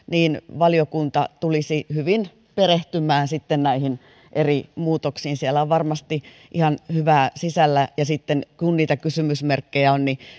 valiokunta tulisi hyvin perehtymään näihin eri muutoksiin siellä on varmasti ihan hyvää sisällä ja sitten kun niitä kysymysmerkkejä on niin